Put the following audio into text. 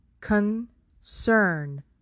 concern